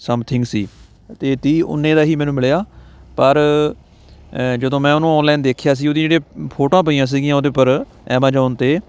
something ਸੀ ਅਤੇ ਤੀਹ ਉਨੇ ਦਾ ਹੀ ਮੈਨੂੰ ਮਿਲਿਆ ਪਰ ਜਦੋਂ ਮੈਂ ਉਹਨੂੰ ਔਨਲਾਈਨ ਦੇਖਿਆ ਸੀ ਉਹਦੀ ਜਿਹੜੀ ਫੋਟੋਆਂ ਪਈਆਂ ਸੀਗੀਆਂ ਉਹਦੇ ਪਰ ਐਮਾਜੋਨ 'ਤੇ